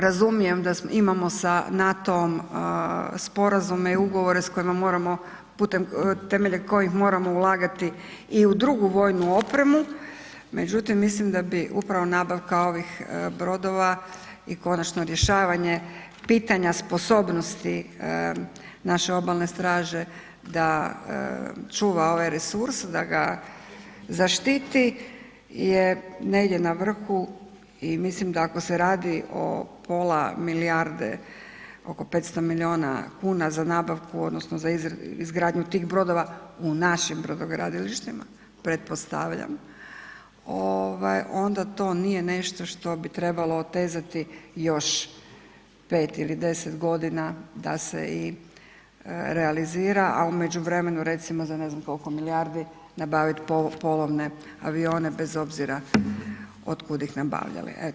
Razumijem da imamo sa NATO-om sporazume i ugovore s kojima moramo, putem temeljem kojih moramo ulagati i u drugu vojnu opremu, međutim, mislim da bi upravo nabavka ovih brodova i konačno rješavanje pitanja sposobnosti naše Obalne straže da čuva ovaj resurs, da ga zaštiti je negdje na vrhu i mislim da ako se radi o pola milijarde, oko 500 milijuna kuna za nabavku odnosno za izgradnju tih brodova u našim brodogradilištima, pretpostavljam, onda to nije nešto što bi trebalo otezati još 5 ili 10 godina da se i realizira, a u međuvremenu recimo, za ne znam koliko milijardi nabaviti polovne avione bez obzira od kud ih nabavljali.